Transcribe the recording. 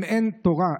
אם אין תורה,